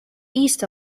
east